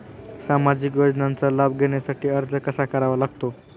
सामाजिक योजनांचा लाभ घेण्यासाठी अर्ज कसा करावा लागतो?